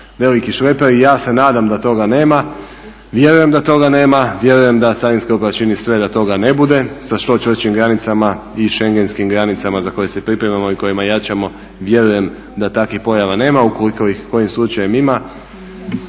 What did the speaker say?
veliki šleperi, ja se nadam da toga nema. Vjerujem da toga nema, vjerujem da Carinska uprava čini sve da toga ne bude sa što čvršćim granicama i šengenskim granicama za koje se pripremamo i kojima jačamo vjerujem da takvih pojava nema. Ukoliko ih kojim slučajem ima,